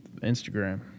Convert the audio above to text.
Instagram